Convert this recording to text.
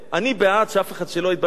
אני בעד, שאף אחד לא יתבלבל,